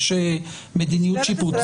יש מדיניות שיפוט,